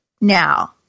now